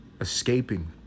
escaping